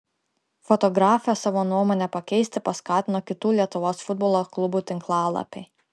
fotografę savo nuomonę pakeisti paskatino kitų lietuvos futbolo klubų tinklalapiai